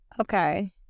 Okay